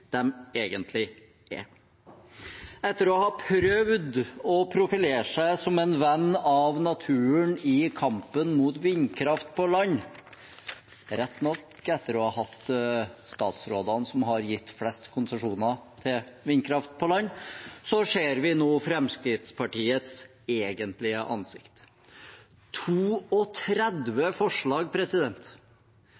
egentlig er. Etter å ha prøvd å profilere seg som en venn av naturen i kampen mot vindkraft på land, rett nok etter å ha hatt statsrådene som har gitt flest konsesjoner til vindkraft på land, ser vi nå Fremskrittspartiets egentlige ansikt.